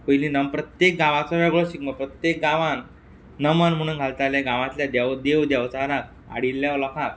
पयलीं नम प्रत्येक गांवाचो वेगळो शिगमो प्रत्येक गांवान नमन म्हुणून घालताले गांवातल्या देंव देव देंवचाराक आडिल्ल्या लोकाक